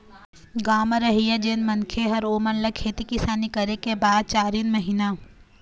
गाँव म रहइया जेन मनखे हे ओेमन ल खेती किसानी करे के बाद चारिन महिना